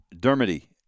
Dermody